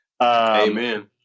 Amen